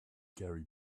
gary